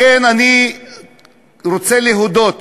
לכן אני רוצה להודות